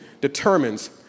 determines